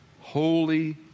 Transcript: Holy